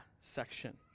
section